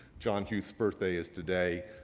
john huth's birthday is today.